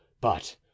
But—